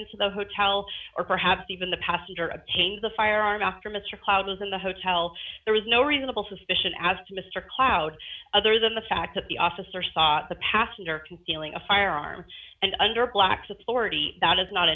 into the hotel or perhaps even the passenger obtained the firearm after mr cloud was in the hotel there was no reasonable suspicion as to mr cloud other than the fact that the officer saw the passenger concealing a firearm and under black support that is not